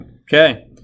Okay